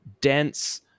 dense